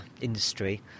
industry